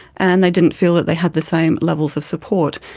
and they didn't feel that they had the same levels of support.